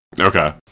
Okay